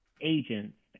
agents